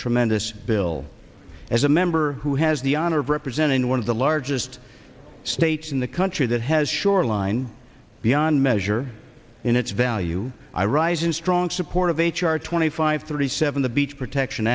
tremendous bill as a member who has the honor of representing one of the largest states in the country that has shoreline beyond measure in its value i rise in strong support of h r twenty five thirty seven the beach protection